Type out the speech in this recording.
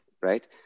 right